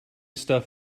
stuff